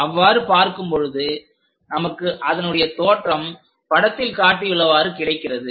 அவ்வாறு பார்க்கும் பொழுது நமக்கு அதனுடைய தோற்றம் படத்தில் காட்டியுள்ளவாறு கிடைக்கிறது